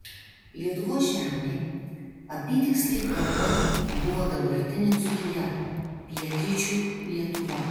lietuvos žemė apytiksliai kalbant buvo dabartinė dzūkija pietryčių lietuva